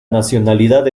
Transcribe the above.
nacionalidad